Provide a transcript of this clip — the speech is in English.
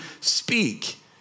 speak